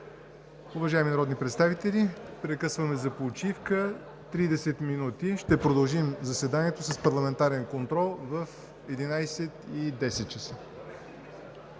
Уважаеми народни представители, прекъсваме за почивка от 30 минути. Ще продължим заседанието с парламентарен контрол в 11,10 ч.